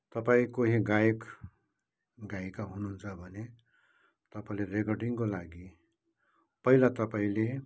तपाईँ कोही गायक गायिका हुनुहुन्छ भने तपाईँले रेकर्डिङको लागि पहिला तपाईँले